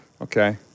Okay